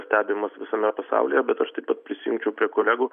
stebimas visame pasaulyje bet aš taip pat prisijungčiau prie kolegų